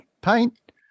paint